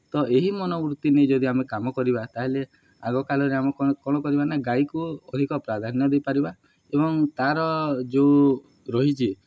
ତ ଏହି ମନବୃତ୍ତି ନେଇ ଯଦି ଆମେ କାମ କରିବା ତା'ହେଲେ ଆଗକାଳରେ ଆମେ କ'ଣ କ'ଣ କରିବା ନା ଗାଈକୁ ଅଧିକ ପ୍ରାଧାନ୍ୟ ଦେଇପାରିବା ଏବଂ ତା'ର ଯେଉଁ ରହିଛି